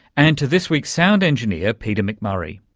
and to this week's sound engineer peter mcmurray.